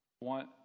want